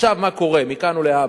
עכשיו מה קורה, מכאן ולהבא.